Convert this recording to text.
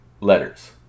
letters